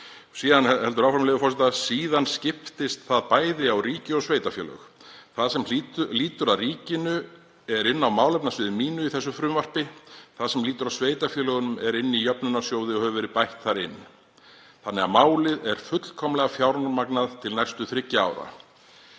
„Síðan skiptist það bæði á ríki og sveitarfélög. Það sem lýtur að ríkinu er inn á málefnasviði mínu í þessu frumvarpi. Það sem lýtur að sveitarfélögunum er inni í jöfnunarsjóði og hefur verið bætt þar inn. Þannig að málið er fullkomlega fjármagnað til næstu þriggja